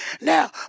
now